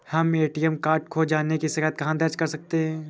हम ATM card खो जाने की शिकायत कहाँ दर्ज कर सकते हैं?